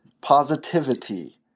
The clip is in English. positivity